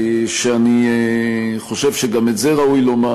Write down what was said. ואני חושב שגם את זה ראוי לומר,